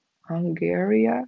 Hungary